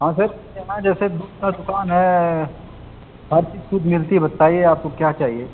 हाँ सर मेरे यहाँ जैसे दूध का दुकान है हर चीज शुद्ध मिलती है बताइए आपको क्या चाहिए